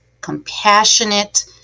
compassionate